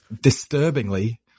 disturbingly